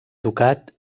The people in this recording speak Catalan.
tocat